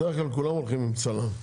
בדרך כלל כולם הולכים עם צלם.